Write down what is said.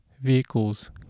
vehicles